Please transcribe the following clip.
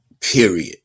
period